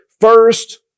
first